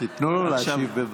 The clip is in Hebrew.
תיתנו לו להשיב.